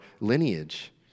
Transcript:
lineage